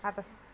आतास्